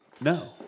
No